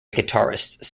guitarists